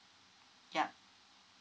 yup